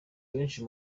benshi